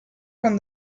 from